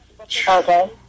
okay